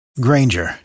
Granger